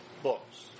books